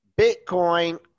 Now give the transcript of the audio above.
Bitcoin